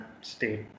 state